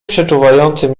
przeczuwającym